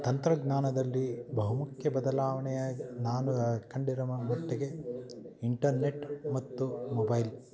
ತಂತ್ರಜ್ಞಾನದಲ್ಲಿ ಬಹುಮುಖ್ಯ ಬದಲಾವಣೆಯಾಗಿ ನಾನು ಕಂಡಿರೊ ಮಟ್ಟಿಗೆ ಇಂಟರ್ನೆಟ್ ಮತ್ತು ಮೊಬೈಲ್